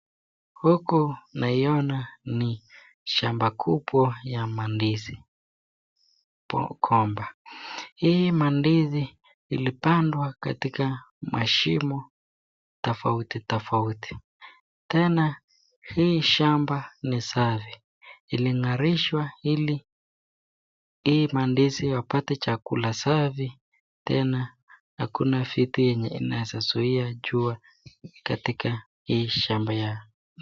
Huku naiona ni shamba kubwa ya mandizi gomba. Hii mandizi ilipandwa katika mashimo tofauti tofauti. Tena hii shamba ni safi. Ilingarishwa ili hii mandizi wapate chakula safi tena hakuna vitu yenye inaweza zuia jua katika hii shamba ya.